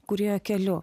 kūrėjo keliu